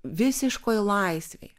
visiškoj laisvėj